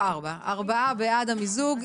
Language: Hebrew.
ארבעה בעד המיזוג.